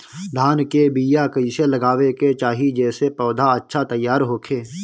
धान के बीया कइसे लगावे के चाही जेसे पौधा अच्छा तैयार होखे?